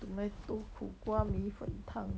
tomato 苦瓜米粉汤